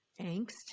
angst